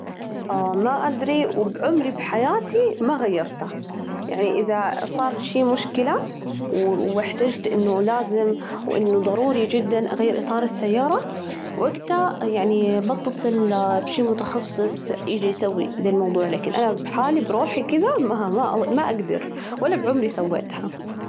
ما أدري وبعمري بحياتي ما غيرته، يعني إذا صار لي شي مشكلة وإحتجت إنه لازم وإنه ضروري جداً أغير إطار السيارة، وجتها يعني بتصل بشي متخصص يجي يسوي الموضوع، لكن أنا بحالي، بروحي كده ما أجدر ولا بعمري سويتها.